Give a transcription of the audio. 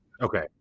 Okay